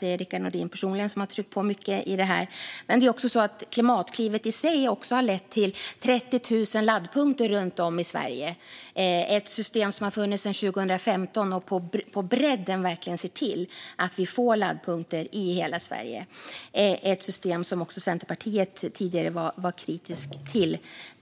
Rickard Nordin personligen, har tryckt på mycket i fråga om detta. Men det är också så att Klimatklivet i sig har lett till 30 000 laddpunkter runt om i Sverige. Det är ett system som har funnits sedan 2015 och på bredden verkligen ser till att vi får laddpunkter i hela Sverige. Det är ett system som också Centerpartiet tidigare var kritiskt till.